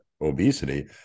obesity